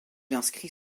inscrit